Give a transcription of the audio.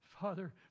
Father